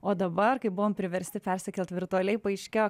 o dabar kai buvom priversti persikelt virtualiai paaiškėjo